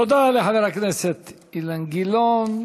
תודה לחבר הכנסת אילן גילאון.